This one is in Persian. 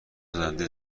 سازنده